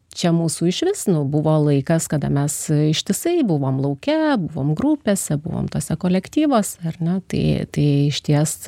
čia mūsų išvis nu buvo laikas kada mes ištisai buvom lauke buvom grupėse buvom tuose kolektyvuose ar ne tai tai išties